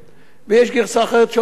ויש גרסה אחרת שאומרת: